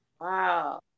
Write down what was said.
Wow